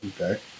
Okay